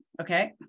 okay